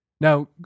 Now